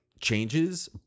changes